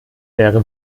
wäre